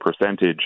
percentage